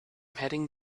heading